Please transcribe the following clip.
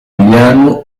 milano